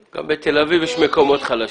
--- גם בתל אביב יש מקומות חלשים.